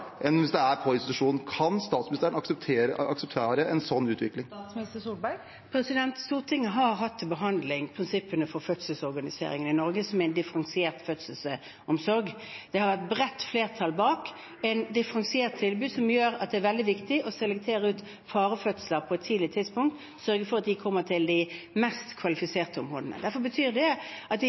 enn hvis det er på en institusjon. Kan statsministeren akseptere en slik utvikling? Stortinget har hatt til behandling prinsippene for fødselsorganiseringen i Norge, som er en differensiert fødselsomsorg. Det har vært et bredt flertall bak et differensiert tilbud, som gjør at det er veldig viktig å selektere ut farefødsler på et tidlig tidspunkt, sørge for at de kommer til de mest kvalifiserte områdene. Det betyr at